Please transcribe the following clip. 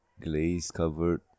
glaze-covered